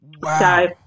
Wow